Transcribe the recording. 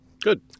Good